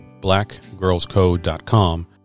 blackgirlscode.com